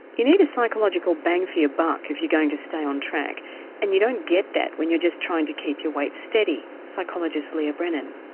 you need a psychological bang for your buck if you're going to stay on track and you don't get that when you're just trying to keep your weight steady. psychologist leah brennan.